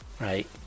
right